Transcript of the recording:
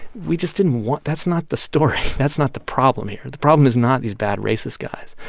we just didn't want that's not the story. that's not the problem here. the problem is not these bad, racist guys.